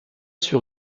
sur